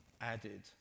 added